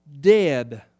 dead